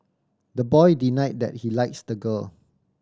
the boy denied that he likes the girl